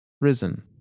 risen